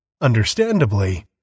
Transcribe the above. Understandably